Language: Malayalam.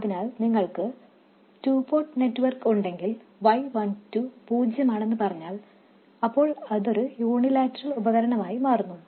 അതിനാൽ നിങ്ങൾക്ക് ടു പോർട്ട് നെറ്റ്വർക്ക് ഉണ്ടെങ്കിൽ y12 പൂജ്യമാണെന്ന് പറഞ്ഞാൽ അപ്പോൾ ഇതൊരു യൂണിലാറ്ററൽ ഉപകരണമായി മാറുന്നു